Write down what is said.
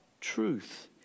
truth